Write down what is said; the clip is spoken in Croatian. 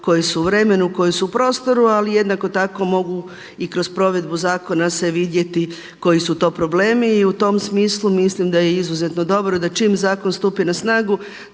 koje su u vremenu, koje su u prostoru ali jednako tako mogu i kroz provedbu zakona se vidjeti koji su to problemi. I u tom smislu mislim da je izuzetno dobro da čim zakon stupi na snagu